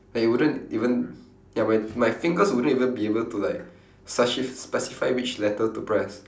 like it wouldn't even ya my my fingers wouldn't even be able to like speci~ specify which letter to press